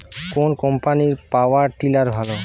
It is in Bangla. কোন কম্পানির পাওয়ার টিলার ভালো?